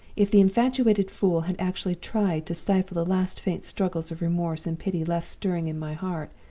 if the infatuated fool had actually tried to stifle the last faint struggles of remorse and pity left stirring in my heart,